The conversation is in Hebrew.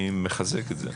אני מחזק את זה.